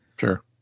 Sure